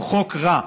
הוא חוק רע,